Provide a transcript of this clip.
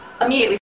Immediately